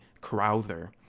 Crowther